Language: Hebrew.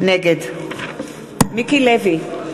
נגד מיקי לוי,